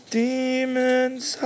demons